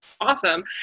Awesome